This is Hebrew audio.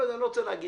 שלי סבן,